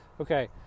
Okay